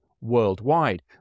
worldwide